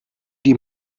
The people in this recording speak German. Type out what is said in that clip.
die